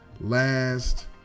last